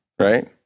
right